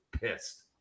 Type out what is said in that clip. pissed